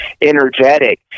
energetic